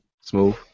Smooth